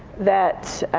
that